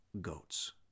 goats